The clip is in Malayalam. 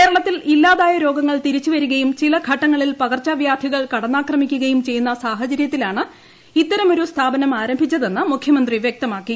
കേരളത്തിൽ ഇല്ലാതായ രോഗങ്ങൾ തിരിച്ചുവരികയും ചില ഘട്ടങ്ങളിൽ പകർച്ചവ്യാധികൾ കടന്നാക്രമിക്കുകയും ചെയ്യുന്ന സാഹചരൃത്തിലാണ് ഇത്തരമൊരു സ്ഥാപനം ആരംഭിച്ചതെന്ന് മുഖ്യമന്ത്രി വൃക്തമാക്കി